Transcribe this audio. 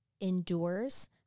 endures